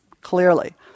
clearly